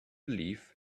belief